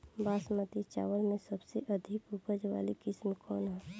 बासमती चावल में सबसे अधिक उपज वाली किस्म कौन है?